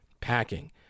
packing